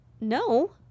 No